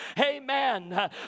Amen